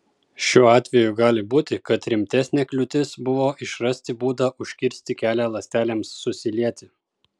šiuo atveju gali būti kad rimtesnė kliūtis buvo išrasti būdą užkirsti kelią ląstelėms susilieti